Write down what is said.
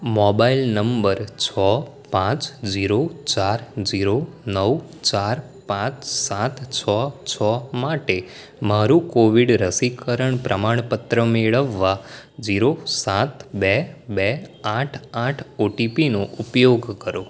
mobile number છ પાંચ zero ચાર ઝીરો નવ ચાર પાંચ સાત છ છ માટે મારું કોવિડ રસીકરણ પ્રમાણપત્ર મેળવવા ઝીરો સાત બે બે આઠ આઠ ઓટીપીનો ઉપયોગ કરો